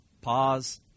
Pause